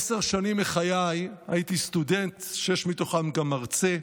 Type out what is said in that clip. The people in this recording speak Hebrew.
עשר שנים מחיי הייתי סטודנט, שש מתוכן גם מרצה.